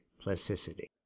plasticity